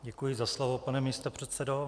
Děkuji za slovo, pane místopředsedo.